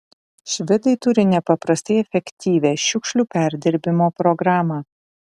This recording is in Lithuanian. švedai turi nepaprastai efektyvią šiukšlių perdirbimo programą